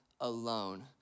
alone